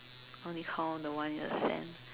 only count the one in the sands